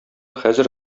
хәзер